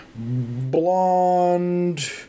blonde